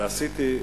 אגב,